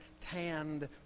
tanned